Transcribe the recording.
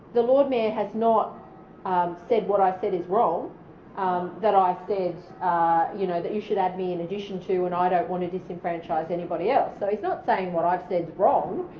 the lord mayor has not um said what i said is wrong um that i said you know that you should add me in addition to and i don't want to disenfranchise anybody else. so he's not saying what i've said is wrong,